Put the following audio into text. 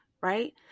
right